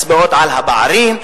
מצביעות על הפערים,